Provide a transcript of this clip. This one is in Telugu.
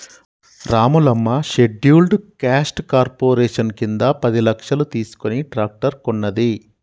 రాములమ్మ షెడ్యూల్డ్ క్యాస్ట్ కార్పొరేషన్ కింద పది లక్షలు తీసుకుని ట్రాక్టర్ కొన్నది